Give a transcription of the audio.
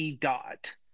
Dot